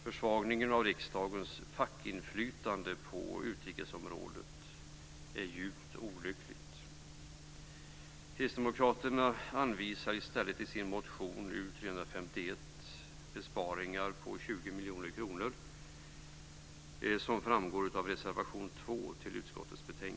Försvagningen av riksdagens fackinflytande på utrikesområdet är djupt olycklig.